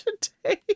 today